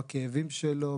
בכאבים שלו,